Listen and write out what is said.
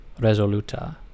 Resoluta